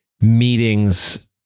meetings